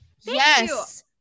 Yes